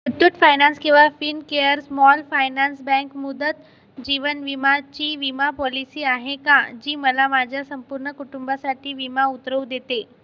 Muthoot finance किंवा Fincare small finance bank मुदत जीवन विमाची विमा पॉलिसी आहे का जी मला माझ्या संपूर्ण कुटुंबासाठी विमा उतरवू देते